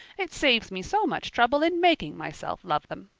it saves me so much trouble in making myself love them.